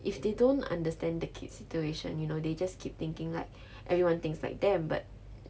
if they don't understand the kid's situation you know they just keep thinking like everyone thinks like them but